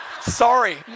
Sorry